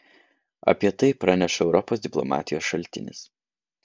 apie tai praneša europos diplomatijos šaltinis